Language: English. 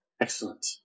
Excellent